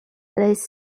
less